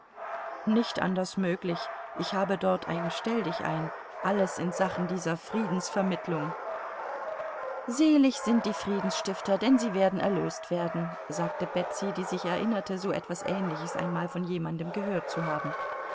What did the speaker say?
nicht anders möglich ich habe dort ein stelldichein alles in sachen dieser friedensvermittlung selig sind die friedensstifter denn sie werden erlöst werden sagte betsy die sich erinnerte so etwas ähnliches einmal von jemandem gehört zu haben